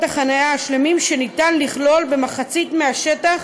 החניה השלמים שניתן לכלול במחצית השטח